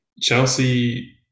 Chelsea –